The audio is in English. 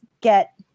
get